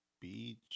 beach